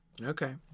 Okay